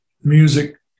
music